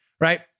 right